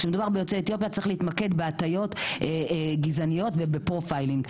כשמדובר ביוצאי אתיופיה צריך להתמקד בהטיות גזעניות וב"פרופיילינג".